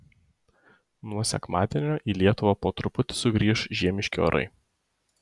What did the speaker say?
nuo sekmadienio į lietuvą po truputį sugrįš žiemiški orai